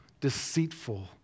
deceitful